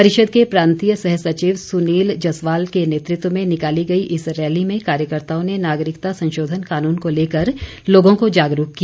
परिषद के प्रांतीय सहसचिव सुनील जसवाल के नेतृत्व में निकाली गई इस रैली में कार्यकर्ताओं ने नागरिकता संशोधन कानून को लेकर लोगों को जागरूक किया